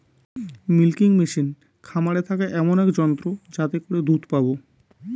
milking machine খামারে থাকা এমন এক যন্ত্র যাতে করে দুধ পাবো